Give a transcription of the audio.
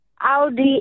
Audi